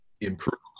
improve